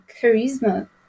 charisma